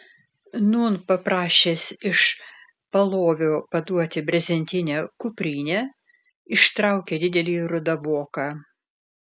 nūn paprašęs iš palovio paduoti brezentinę kuprinę ištraukė didelį rudą voką